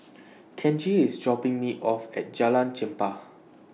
Kenji IS dropping Me off At Jalan Chempah